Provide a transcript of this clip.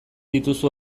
dituzu